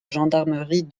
gendarmerie